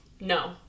No